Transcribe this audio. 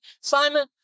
Simon